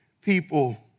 people